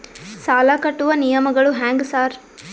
ಸಾಲ ಕಟ್ಟುವ ನಿಯಮಗಳು ಹ್ಯಾಂಗ್ ಸಾರ್?